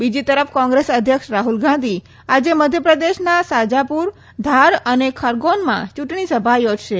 બીજી તરફ કોંગ્રેસ અધ્યક્ષ રાહુલ ગાંધી આજે મધ્ય પ્રદેશના શાજાપુર ધાર અને ખરગૌનમાં ચુંટણી સભા યોજશે